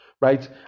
right